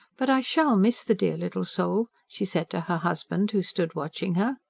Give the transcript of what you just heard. but i shall miss the dear little soul, she said to her husband who stood watching her.